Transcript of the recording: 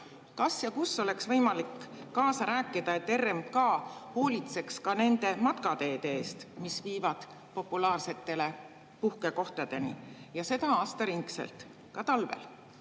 Kas ja kus oleks võimalik kaasa rääkida, et RMK hoolitseks ka nende matkateede eest, mis viivad populaarsete puhkekohtadeni ja seda aastaringselt, ka talvel?